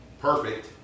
Perfect